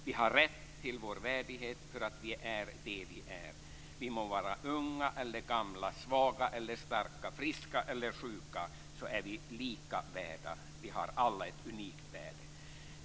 Vi har rätt till vår värdighet därför att vi är de vi är. Vi må vara unga eller gamla, svaga eller starka, friska eller sjuka, så är vi lika värda. Vi har alla ett unikt värde.